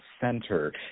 center